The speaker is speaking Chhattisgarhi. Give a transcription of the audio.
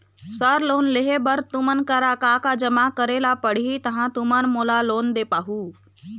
सर लोन लेहे बर तुमन करा का का जमा करें ला पड़ही तहाँ तुमन मोला लोन दे पाहुं?